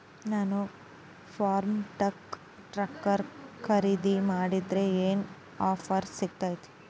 ನಾನು Farmtrac tractor ಖರೇದಿ ಮಾಡಿದ್ರೆ ಏನು ಆಫರ್ ಸಿಗ್ತೈತಿ?